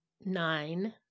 nine